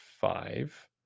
five